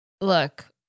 Look